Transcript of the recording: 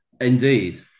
Indeed